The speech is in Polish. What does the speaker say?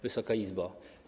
Wysoka Izbo!